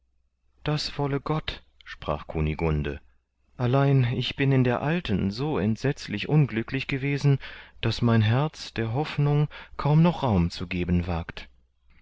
das wolle gott sprach kunigunde allein ich bin in der alten so entsetzlich unglücklich gewesen daß mein herz der hoffnung kaum noch raum zu geben wagt